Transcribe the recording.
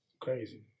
crazy